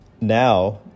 now